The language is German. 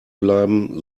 bleiben